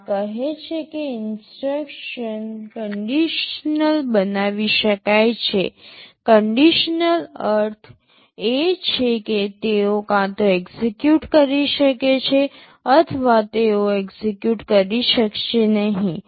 આ કહે છે કે ઇન્સટ્રક્શનસ કન્ડિશનલ બનાવી શકાય છે કન્ડિશનલ અર્થ એ છે કે તેઓ કાં તો એક્ઝેક્યુટ કરી શકે છે અથવા તેઓ એક્ઝેક્યુટ કરી શકશે નહીં